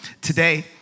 Today